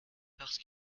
parce